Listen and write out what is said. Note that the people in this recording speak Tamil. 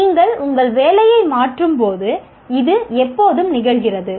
நீங்கள் உங்கள் வேலையை மாற்றும்போது இது எப்போதும் நிகழ்கிறது